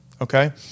okay